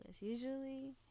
usually